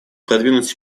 продвинуть